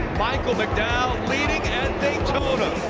michael mcdowell leading at daytona.